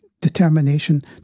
determination